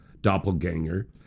doppelganger